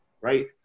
Right